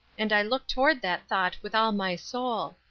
and i look toward that thought with all my soul.